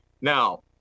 Now